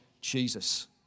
Jesus